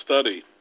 study